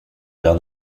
l’un